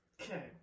Okay